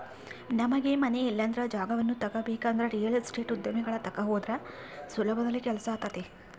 ನಮಗೆ ಮನೆ ಇಲ್ಲಂದ್ರ ಜಾಗವನ್ನ ತಗಬೇಕಂದ್ರ ರಿಯಲ್ ಎಸ್ಟೇಟ್ ಉದ್ಯಮಿಗಳ ತಕ ಹೋದ್ರ ಸುಲಭದಲ್ಲಿ ಕೆಲ್ಸಾತತೆ